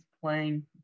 playing